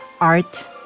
art